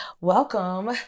welcome